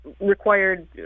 required